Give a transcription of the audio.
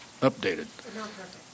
updated